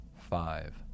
five